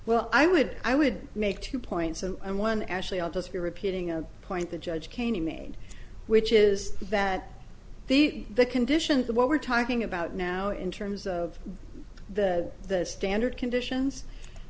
well i would i would make two points and one actually i'll just be repeating a point the judge caning made which is that the the conditions that what we're talking about now in terms of the the standard conditions